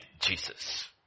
Jesus